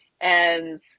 And-